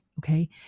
Okay